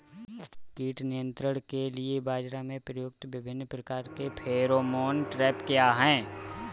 कीट नियंत्रण के लिए बाजरा में प्रयुक्त विभिन्न प्रकार के फेरोमोन ट्रैप क्या है?